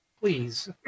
please